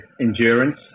endurance